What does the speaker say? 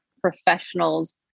professionals